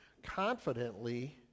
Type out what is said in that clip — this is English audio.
confidently